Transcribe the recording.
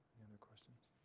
any other questions?